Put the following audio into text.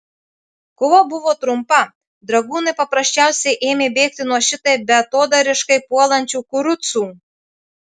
kova buvo trumpa dragūnai paprasčiausiai ėmė bėgti nuo šitaip beatodairiškai puolančių kurucų